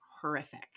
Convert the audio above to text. horrific